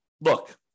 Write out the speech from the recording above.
look